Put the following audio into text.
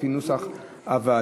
כפי נוסח הוועדה.